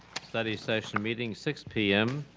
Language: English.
study session meeting, six p m,